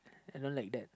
I don't like that